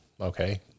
Okay